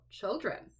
children